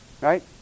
Right